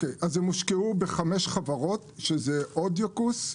הם הושקעו בחמש חברות: אודיוקורס,